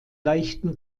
leichten